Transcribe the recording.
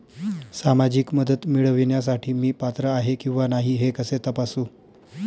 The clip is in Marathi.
सामाजिक मदत मिळविण्यासाठी मी पात्र आहे किंवा नाही हे कसे तपासू?